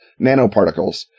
nanoparticles